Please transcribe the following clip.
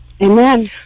Amen